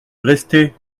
restez